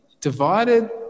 Divided